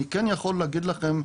אני כן יכול להגיד לכם,